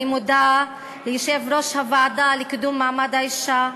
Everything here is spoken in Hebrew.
אני מודה ליושבת-ראש הוועדה לקידום מעמד האישה,